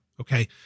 Okay